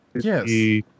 Yes